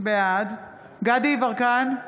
בעד דסטה גדי יברקן,